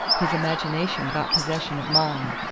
his imagination got possession of mine.